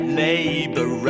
labor